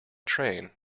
train